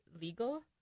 legal